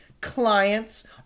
Clients